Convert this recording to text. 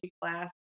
class